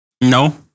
No